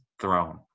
throne